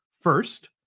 first